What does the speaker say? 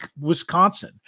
Wisconsin